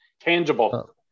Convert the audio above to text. Tangible